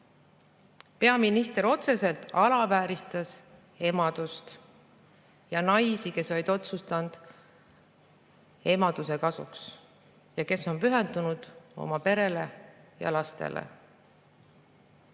peaminister otseselt alavääristas emadust ja naisi, kes olid otsustanud emaduse kasuks ja kes on pühendunud oma perele ja lastele.